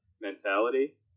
mentality